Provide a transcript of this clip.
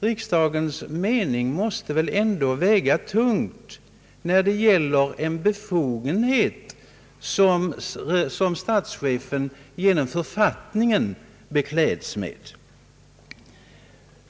Riksdagens mening måste ändå väga tungt när det gäller en befogenhet, som statschefen beklätts med.